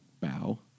bow